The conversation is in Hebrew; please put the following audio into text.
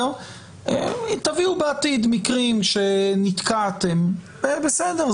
תביאו בעתיד מקרים שנתקעתם בסדר.